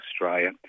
Australia